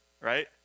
right